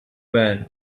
van